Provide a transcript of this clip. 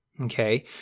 okay